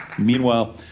Meanwhile